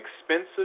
expensive